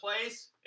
place